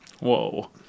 Whoa